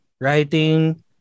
writing